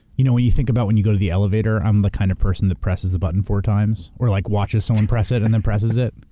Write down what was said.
you know, when you think about when you go to the elevator, i'm the kind of person that presses the button four times. or like watches someone press it, and then presses it.